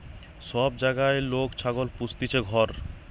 সব জাগায় লোক ছাগল পুস্তিছে ঘর